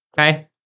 okay